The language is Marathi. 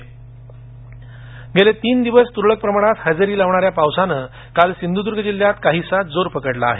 सिंधदर्ग पाऊस गेले दोन तीन दिवस तुरळक प्रमाणात हजेरी लावणाऱ्या पावसानं काल सिंधुदुर्ग जिल्ह्यात काहीसा जोर पकडला आहे